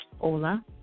Ola